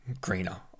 greener